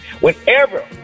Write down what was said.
whenever